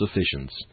sufficiency